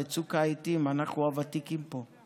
בצוק העיתים אנחנו הוותיקים פה,